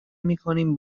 میکنیم